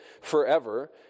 forever